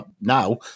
now